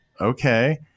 okay